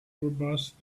robust